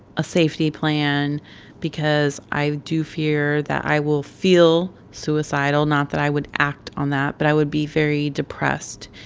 a safety plan because i do fear that i will feel suicidal not that i would act on that. but i would be very depressed,